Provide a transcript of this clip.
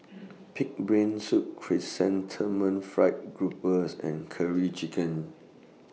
Pig'S Brain Soup Chrysanthemum Fried Groupers and Curry Chicken